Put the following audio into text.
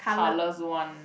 colours one